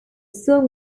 song